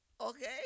Okay